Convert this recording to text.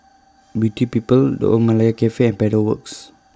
Beauty People The Old Malaya Cafe Pedal Works